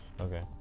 okay